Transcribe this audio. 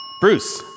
Bruce